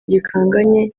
gikanganye